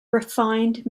refined